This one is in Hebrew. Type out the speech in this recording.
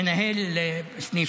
אסכם